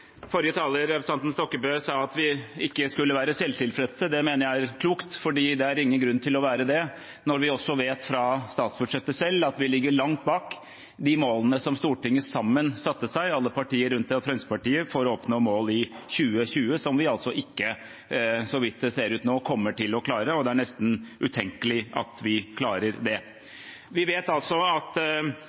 Forrige taler, representanten Stokkebø, sa at vi ikke skulle være selvtilfredse. Det mener jeg er klokt, for det er ingen grunn til å være det når vi også vet ut fra statsbudsjettet at vi ligger langt bak de målene som Stortinget sammen – alle partier unntatt Fremskrittspartiet – satte seg for 2020, noe vi altså ikke kommer til å klare slik det ser ut nå. Det er nesten utenkelig at vi klarer det. Vi vet altså at